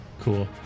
Cool